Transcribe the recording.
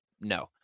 no